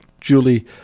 Julie